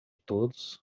todos